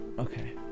Okay